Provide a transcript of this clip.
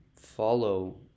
follow